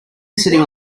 sitting